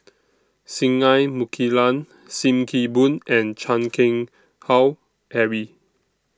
Singai Mukilan SIM Kee Boon and Chan Keng Howe Harry